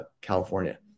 California